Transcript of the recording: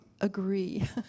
agree